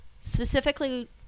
specifically